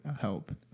help